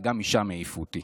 וגם משם העיפו אותי.